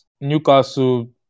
Newcastle